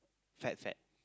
fat fat